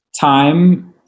time